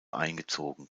eingezogen